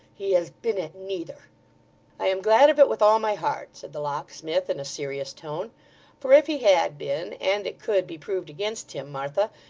he has been at neither i am glad of it, with all my heart said the locksmith in a serious tone for if he had been, and it could be proved against him, martha,